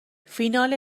فینال